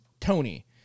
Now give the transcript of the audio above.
Tony